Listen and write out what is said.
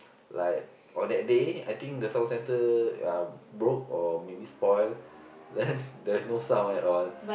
like on that day I think the sound sensor uh broke or maybe spoil then there's no sound at all